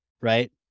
right